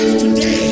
today